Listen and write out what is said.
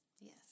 Yes